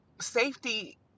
safety